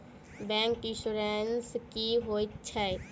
Bank insurance की होइत छैक?